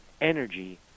energy